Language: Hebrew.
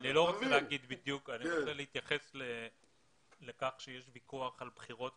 אני רוצה להתייחס לכך שיש ויכוח על בחירות,